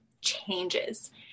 changes